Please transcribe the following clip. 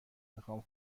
میخوام